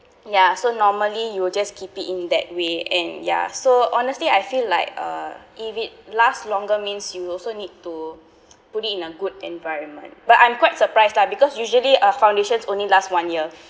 ya so normally you will just keep it in that way and ya so honestly I feel like uh if it last longer means you will also need to put in a good environment but I'm quite surprised lah because usually uh foundations only last one year